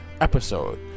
episode